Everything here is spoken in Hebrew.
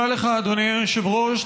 תודה לך, אדוני היושב-ראש.